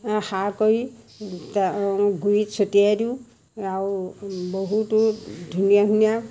সাৰ কৰি তাৰ গুৰিত চটিয়াই দিওঁ আৰু বহুতো ধুনীয়া ধুনীয়া